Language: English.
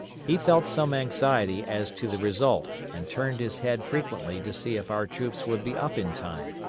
he felt some anxiety as to the result, and turned his head frequently to see if our troops would be up in time.